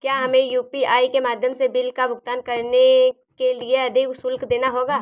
क्या हमें यू.पी.आई के माध्यम से बिल का भुगतान करने के लिए अधिक शुल्क देना होगा?